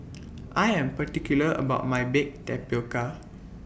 I Am particular about My Baked Tapioca